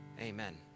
Amen